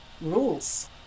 rules